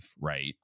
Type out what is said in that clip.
right